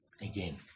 Again